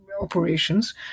operations